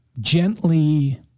gently